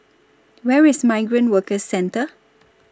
Where IS Migrant Workers Centre